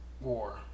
War